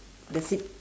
the seat